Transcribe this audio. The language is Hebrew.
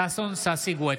ששון ששי גואטה,